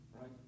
right